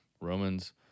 Romans